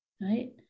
right